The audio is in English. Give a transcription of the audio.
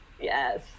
yes